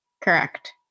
Correct